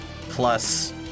Plus